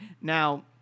Now